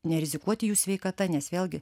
nerizikuoti jų sveikata nes vėlgi